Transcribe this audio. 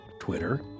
Twitter